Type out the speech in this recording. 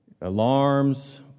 Alarms